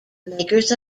makers